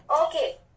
Okay